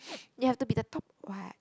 you have to be the top what